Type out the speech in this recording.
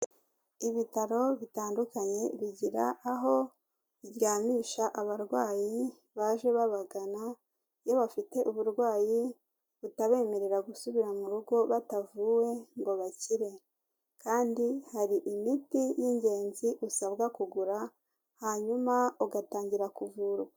Ibitaro bitandukanye bigira aho biryamisha abarwayi baje babagana iyo bafite uburwayi butabemerera gusubira mu rugo batavuwe ngo bakire kandi hari imiti y'ingenzi usabwa kugura, hanyuma ugatangira kuvurwa.